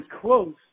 close